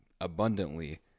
abundantly